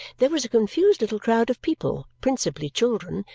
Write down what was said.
there was a confused little crowd of people, principally children,